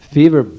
fever